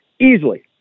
easily